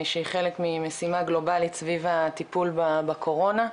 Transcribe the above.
שהיא חלק ממשימה גלובלית סביב הטיפול בקורונה.